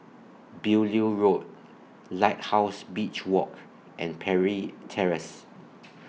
Beaulieu Road Lighthouse Beach Walk and Parry Terrace